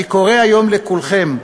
אני קורא היום לכולכם: